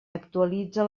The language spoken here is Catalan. actualitza